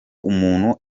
umuntu